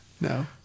No